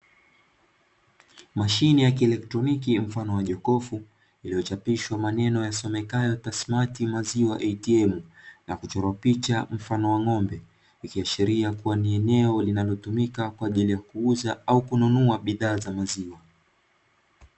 Mashine ya kielekroniki mfano wa jokofu iliyochapishwa maneno yasomekayo Tasmati maziwa "ATM" na kuchorwa picha mfano wa ng’ombe, ikiashiria kuwa ni eneo linalotumika kwa ajili ya kuuza au kununua bidhaa za maziwa.